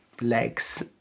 Legs